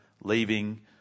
leaving